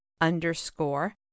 underscore